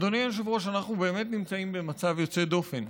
אדוני היושב-ראש, אנחנו נמצאים במצב יוצא דופן.